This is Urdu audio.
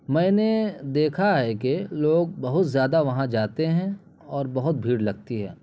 میں نے دیکھا ہے کہ لوگ بہت زیادہ وہاں جاتے ہیں اور بہت بھیڑ لگتی ہے